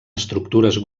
estructures